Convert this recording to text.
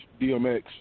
DMX